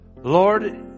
Lord